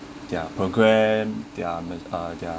their program their ma~ uh their